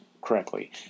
correctly